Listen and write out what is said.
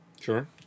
Sure